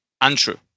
untrue